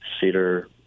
cedar